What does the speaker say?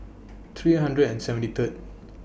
three hundred and seventy Third